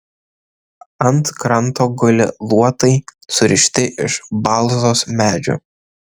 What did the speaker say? ant kranto guli luotai surišti iš balzos medžio